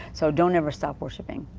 so don't ever stop worshiping.